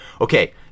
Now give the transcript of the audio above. Okay